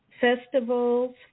festivals